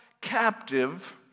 captive